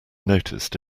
noticed